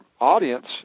audience